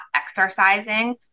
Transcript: exercising